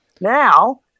now